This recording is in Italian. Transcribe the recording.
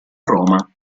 roma